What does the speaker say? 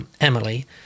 emily